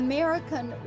American